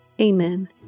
amen